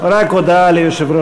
רע"ם-תע"ל-מד"ע